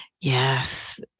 Yes